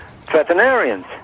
veterinarians